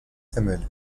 samuel